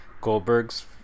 Goldberg's